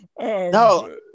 No